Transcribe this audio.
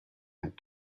had